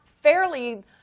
fairly